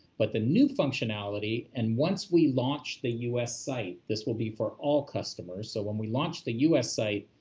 but the new functionality, and once we launch the us site, this will be for all customers. so when we launch the us site,